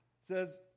says